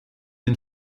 den